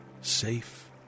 safe